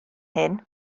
hyn